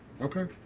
okay